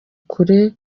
kure